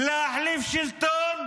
להחליף שלטון,